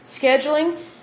scheduling